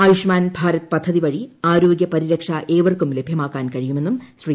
ആയുഷ്മാൻ ഭാരത് പദ്ധതി വഴി ആരോഗ്യ പരിരക്ഷ ഏവർക്കും ലഭ്യമാക്കാൻ കഴിയുമെന്നും ശ്രീ